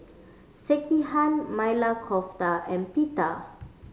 Sekihan Maili Kofta and Pita